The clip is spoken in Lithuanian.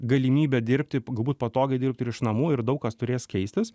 galimybę dirbti galbūt patogiai dirbti iš namų ir daug kas turės keistis